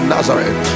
Nazareth